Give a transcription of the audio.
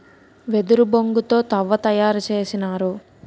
వెదురు బొంగు తో తవ్వ తయారు చేసినారు